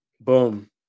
boom